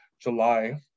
july